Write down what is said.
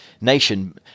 nation